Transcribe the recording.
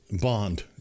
Bond